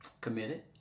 committed